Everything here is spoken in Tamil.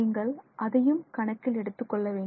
நீங்கள் அதையும் கணக்கில் எடுத்துக்கொள்ள வேண்டும்